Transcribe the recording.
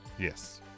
yes